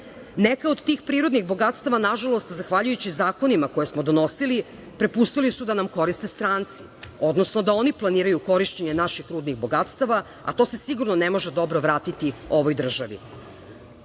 od tih prirodnih bogatstava, nažalost, zahvaljujući zakonima koje smo donosili, prepustili su da nam koriste stranci, odnosno da oni planiraju korišćenje naših rudnih bogatstava, a to se sigurno ne može dobro vratiti ovoj državi. Ovde